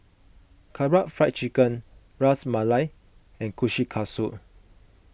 Karaage Fried Chicken Ras Malai and Kushikatsu